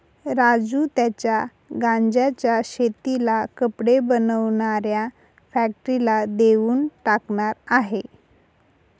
राजू त्याच्या गांज्याच्या शेतीला कपडे बनवणाऱ्या फॅक्टरीला देऊन टाकणार आहे